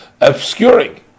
obscuring